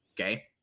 Okay